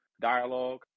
dialogue